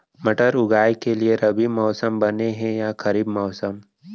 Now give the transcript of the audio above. मटर उगाए के लिए रबि मौसम बने हे या खरीफ मौसम?